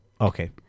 Okay